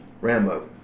Rambo